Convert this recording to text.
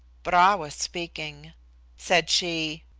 bra was speaking said she,